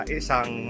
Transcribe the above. isang